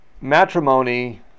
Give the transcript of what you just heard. matrimony